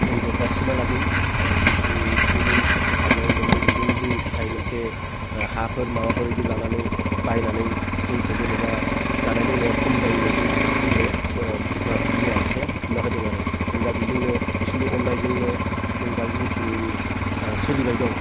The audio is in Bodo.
जों देरजासिमहालागै जिखिनि इसे एनै खस्थ' खालामनानै मोनदों बेजोंनो जोंनि थाखाय मोनसे हाफोर माबाफोर बिदि लानानै बायनानै जोंखौ जेनेबा जानाय लोंनायाव खम जायिबायदि जोंनो बिमा बिफाया बुथुमना होदों आरो जों दा बेजोंनो बिसोरनि अन्नायजोंनो जों दा जिखिनि सोलिबाय दं